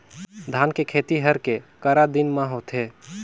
धान के खेती हर के करा दिन म होथे?